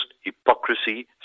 hypocrisy